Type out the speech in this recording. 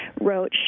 wrote